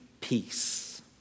peace